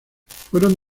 fueron